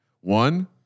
One